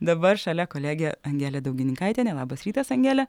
dabar šalia kolegė angelė daugininkaitienė labas rytas angele